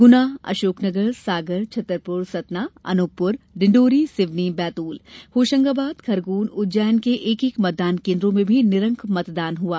गुना अशोकनगर सागर छतरपुर सतना अनूपपुर डिंडोरी सिवनी बैतूल होशंगाबाद खरगोन उज्जैन के एक एक मतदान केन्द्रो में भी निरंक मतदान हुआ